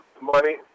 money